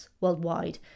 worldwide